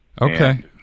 Okay